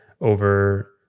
over